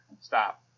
Stop